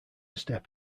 step